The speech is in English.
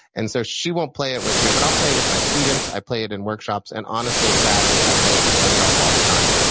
and so she won't play it with me, but i'll play it with my students. i play it in workshops, and honestly, sadly, i play it with myself all the time.